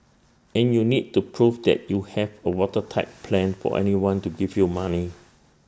and you need to prove that you have A watertight plan for anyone to give you money